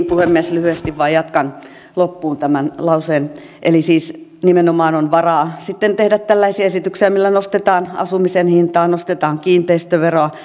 puhemies lyhyesti vain jatkan loppuun tämän lauseen eli nimenomaan on varaa sitten tehdä tällaisia esityksiä millä nostetaan asumisen hintaa nostetaan kiinteistöveroa